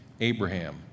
Abraham